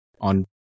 on